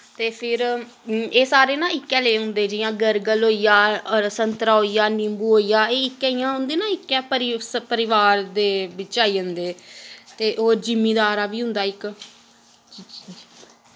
ते फिर एह् सारे ना इक्कै ले होंदे जि'यां गर्गल होइया होर संतरा होइया निम्बू होइया एह् इक्कै इ'यां होंदे न इक्कै परी स परिवार दे बिच्च आई जन्दे ते होर जिमींदार बी होंदा इक